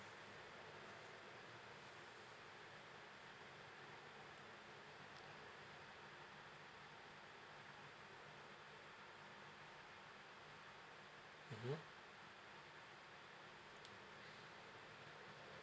mmhmm